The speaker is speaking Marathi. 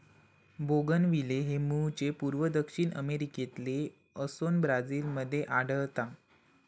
बोगनविले हे मूळचे पूर्व दक्षिण अमेरिकेतले असोन ब्राझील मध्ये आढळता